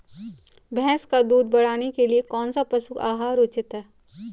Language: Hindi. भैंस का दूध बढ़ाने के लिए कौनसा पशु आहार उचित है?